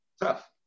Tough